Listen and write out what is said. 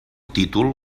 títol